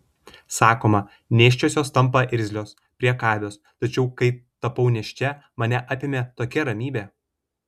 sakoma nėščiosios tampa irzlios priekabios tačiau kai tapau nėščia mane apėmė tokia ramybė